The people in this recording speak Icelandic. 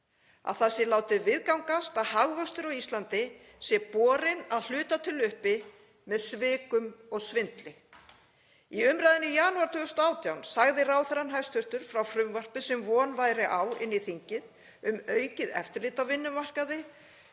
að það sé látið viðgangast að hagvöxtur á Íslandi sé borinn að hluta til uppi með svikum og svindli. Í umræðunni í janúar 2018 sagði hæstv. ráðherra frá frumvörpum sem von væri á inn í þingið um aukið eftirlit á vinnumarkaði,